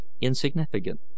insignificant